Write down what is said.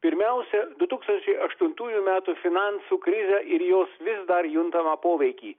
pirmiausia du tūkstančiai aštuntųjų metų finansų krizę ir jos vis dar juntamą poveikį